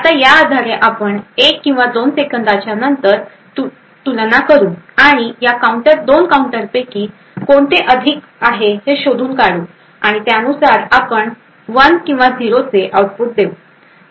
आता या आधारे आपण 1 किंवा 2 सेकंदाच्या नंतर तुलना करू आणि या 2 काउंटर पैकी कोणते अधिक आहे हे शोधून काढू आणि त्यानुसार आपण 1 किंवा 0 चे आउटपुट देऊ